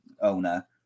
owner